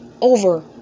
over